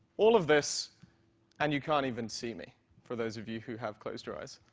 all of this and you can't even see me for those of you who have closed your eyes.